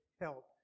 help